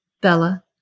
Bella